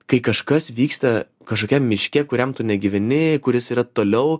kai kažkas vyksta kažkokiam miške kuriam tu negyveni kuris yra toliau